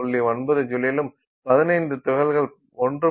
9 ஜூலிலும் 15 துகள்கள் 1